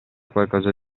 qualcosa